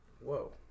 Whoa